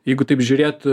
jeigu taip žiūrėt